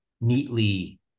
neatly